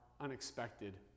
unexpected